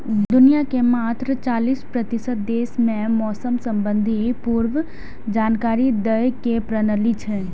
दुनिया के मात्र चालीस प्रतिशत देश मे मौसम संबंधी पूर्व जानकारी दै के प्रणाली छै